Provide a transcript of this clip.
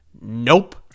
Nope